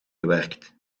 gewerkt